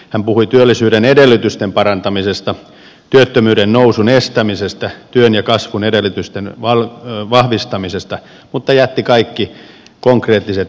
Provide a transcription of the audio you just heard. hän puhui työllisyyden edellytysten parantamisesta työttömyyden nousun estämisestä työn ja kasvun edellytysten vahvistamisesta mutta jätti kaikki konkreettiset esimerkit ja tavoitteet puuttumaan